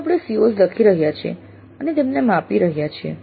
જો આપણે COs લખી રહ્યા છીએ અને તેમને માપી રહ્યા છીએ